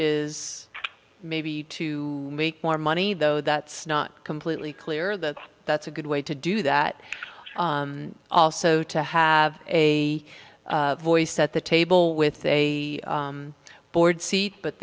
is maybe to make more money though that's not completely clear that that's a good way to do that also to have a voice at the table with a board seat but